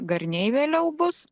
garniai vėliau bus